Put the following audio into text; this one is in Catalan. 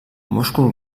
múscul